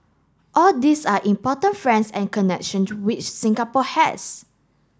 all these are important friends and connection to which Singapore has